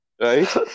right